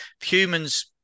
humans